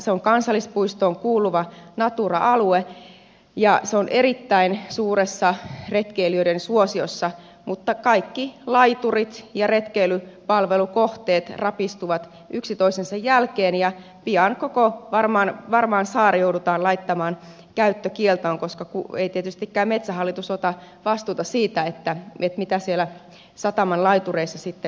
se on kansallispuistoon kuuluva natura alue ja se on erittäin suuressa retkeilijöiden suosiossa mutta kaikki laiturit ja retkeilypalvelukohteet rapistuvat yksi toisensa jälkeen ja pian varmaan koko saari joudutaan laittamaan käyttökieltoon koska tietystikään ei metsähallitus ota vastuuta siitä mitä siellä sataman laitureissa sitten tapahtuu